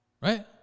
Right